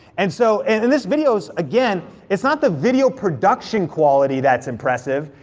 and so, and and this video's again, it's not the video production quality that's impressive,